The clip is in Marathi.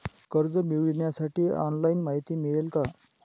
कर्ज मिळविण्यासाठी ऑनलाइन माहिती मिळेल का?